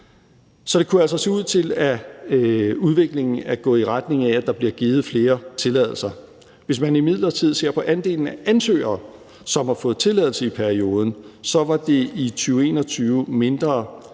Så det kunne altså se ud til, at udviklingen er gået i retning af, at der bliver givet flere tilladelser. Hvis man imidlertid ser på andelen af ansøgere, som har fået tilladelse i perioden, så var der i 2021 færre